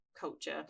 culture